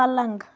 پلنٛگ